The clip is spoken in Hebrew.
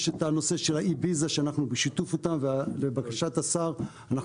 יש את הנושא של האיביזה אנחנו בשיתוף איתם ולבקשת השר אנחנו